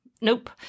nope